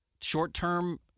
short-term